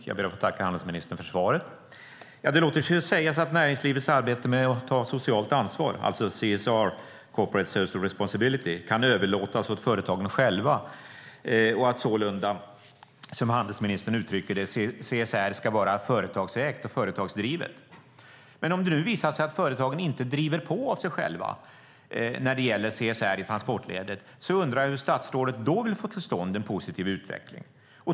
Fru talman! Jag tackar handelsministern för svaret. Det låter sig sägas att näringslivets arbete med att ta socialt ansvar, alltså CSR - corporate social responsibility - kan överlåtas åt företagen själva och att CSR sålunda, som handelsministern uttrycker det, ska vara företagsägt och företagsdrivet. Men om det nu visar sig att företagen inte själva driver på när det gäller CSR i transportledet undrar jag hur statsrådet vill få till stånd en positiv utveckling.